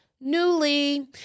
Newly